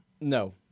no